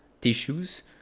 tissues